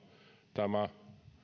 tämä